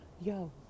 Yo